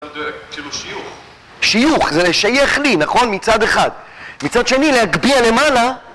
כאילו שיוך. שיוך זה לשייך לי, נכון? מצד אחד. מצד שני להגביע למעלה